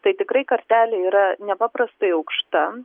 tai tikrai kartelė yra nepaprastai aukšta